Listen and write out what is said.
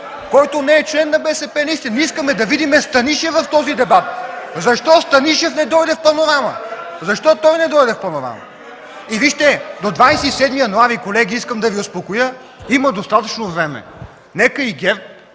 който не е член на БСП. Ние искаме да видим Станишев в този дебат. Защо Станишев не дойде в „Панорама”? Защо той не дойде в „Панорама”? Вижте, до 27 януари, колеги, искам да Ви успокоя, има достатъчно време. Нека и ГЕРБ,